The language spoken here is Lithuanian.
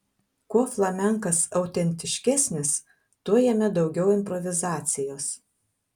kuo flamenkas autentiškesnis tuo jame daugiau improvizacijos